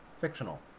fictional